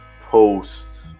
Post